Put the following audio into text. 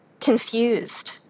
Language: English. confused